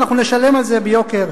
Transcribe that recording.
אבל בלעדיהם,